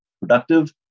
productive